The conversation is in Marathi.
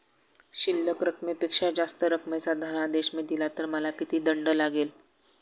शिल्लक रकमेपेक्षा जास्त रकमेचा धनादेश मी दिला तर मला किती दंड लागेल?